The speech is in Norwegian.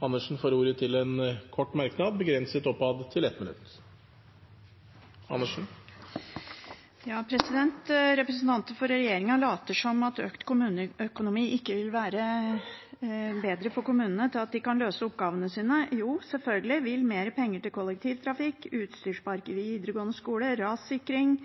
og får ordet til en kort merknad, begrenset til 1 minutt. Representanter for regjeringen later som om økt kommuneøkonomi ikke vil være bedre for kommunene så de kan løse oppgavene sine. Jo, selvfølgelig – som mer penger til kollektivtrafikk, utstyrsparker i videregående skole, rassikring,